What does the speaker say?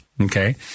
okay